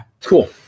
Cool